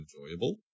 enjoyable